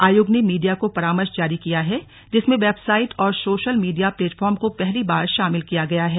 आयोग ने मीडिया को परामर्श जारी किया है जिसमें वेबसाइट और सोशल मीडिया प्लेटफार्म को पहली बार शामिल किया गया है